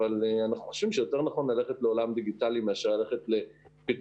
אבל אנחנו חושבים שיותר נכון ללכת לעולם דיגיטלי מאשר ללכת לפתרונות